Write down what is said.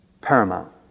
paramount